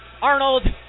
Arnold